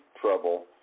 trouble